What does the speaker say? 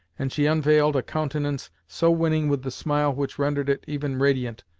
and she unveiled a countenance so winning with the smile which rendered it even radiant,